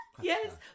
yes